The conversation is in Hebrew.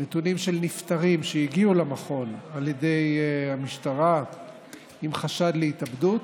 נתונים של נפטרים שהגיעו למכון על ידי המשטרה עם חשד להתאבדות,